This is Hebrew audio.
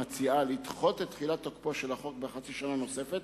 מציעה לדחות את תחילת תוקפו של החוק בחצי שנה נוספת,